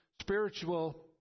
spiritual